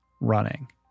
running